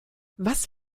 was